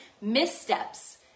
missteps